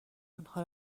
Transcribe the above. آنها